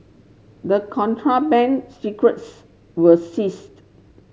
the contraband cigarettes were seized